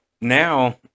now